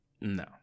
No